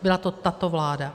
Byla to tato vláda!